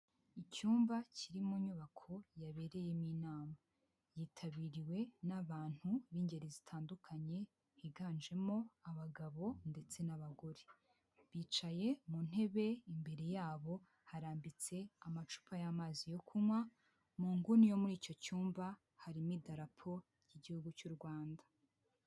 Icyumba kiri mu nyubako yabereyemo inama yitabiriwe n'abantu b'ingeri zitandukanye higanjemo abagabo ndetse n'abagore bicaye mu ntebe, imbere yabo harambitse amacupa y'amazi yo kunywa, mu nguni yo muri icyo cyumba harimo idarapo ry'igihugu cy'urwanda.